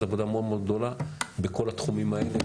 עבודה מאוד מאוד גדולה בכל התחומים האלה,